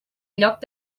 lloc